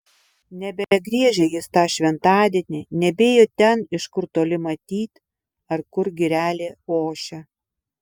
nebegriežė jis tą šventadienį nebėjo ten iš kur toli matyt ar kur girelė ošia